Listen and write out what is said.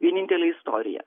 vienintelė istorija